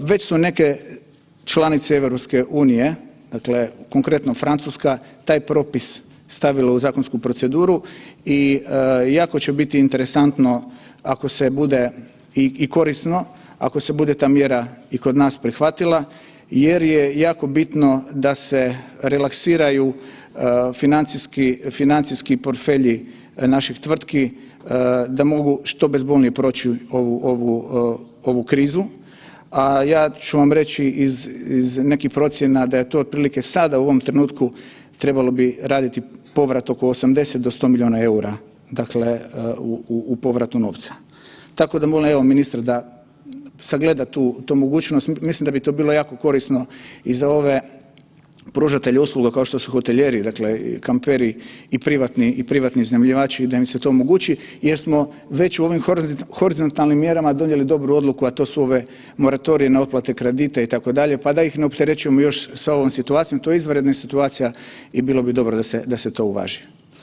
Već su neke članice EU, konkretno, Francuska, taj propis stavile u zakonsku proceduru i jako će biti interesantno ako se bude i korisno, ako se bude ta mjera i kod nas prihvatila jer je jako bitno da se relaksiraju financijski portfelji naših tvrtki da mogu što bezbolnije proći ovu krizu, a ja ću vam reći iz nekih procjena, da je to otprilike sada u ovom trenutku, trebalo bi raditi povrat oko 80 do 100 milijuna eura, dakle u povratu novca, tako da molim evo, ministra da sagleda tu mogućnost, mislim da bi to bilo jako korisno i za ove pružatelje usluga kao što su hotelijeri, kamperi i privatni iznajmljivači da im se to omogući jer smo već u ovim horizontalnim mjerama donijeli dobru odluku, a to su ove moratorije na otplate kredita, itd., pa da ih ne opterećujemo još sa ovom situacijom, to je izvanredna situacija i bilo bi dobro da se to uvaži.